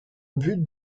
but